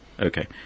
Okay